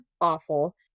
awful